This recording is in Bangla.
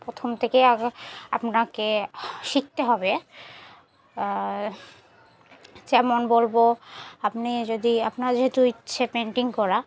প্রথম থেকেই আগ আপনাকে শিখতে হবে যেমন বলব আপনি যদি আপনার যেহেতু ইচ্ছে পেইন্টিং করা